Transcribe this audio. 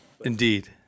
Indeed